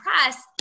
Press